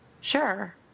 Sure